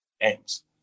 games